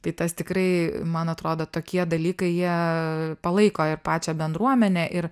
tai tas tikrai man atrodo tokie dalykai jie palaiko ir pačią bendruomenę ir